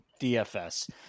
DFS